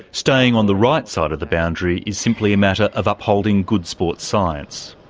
staying on the right side of the boundary is simply a matter of upholding good sports science.